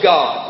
God